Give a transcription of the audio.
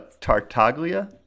Tartaglia